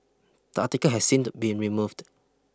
the article has since been removed